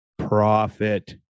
Profit